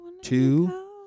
two